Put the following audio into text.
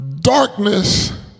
darkness